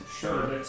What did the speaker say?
Sure